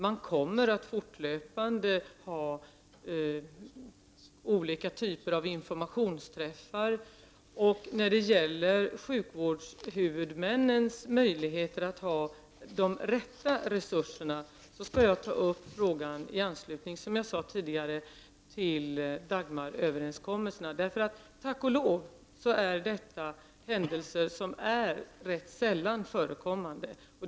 Man kommer att fortlöpande ha olika typer av informationsträffar. När det gäller sjukvårdshuvudmännens möjligheter att ha de rätta resurserna, skall jag ta upp frågan i anslutning till diskussionen om Dagmaröverenskommelsen. Tack och lov är detta händelser som är sällan förekommande.